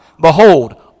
behold